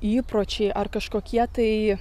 įpročiai ar kažkokie tai